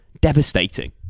Devastating